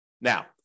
Now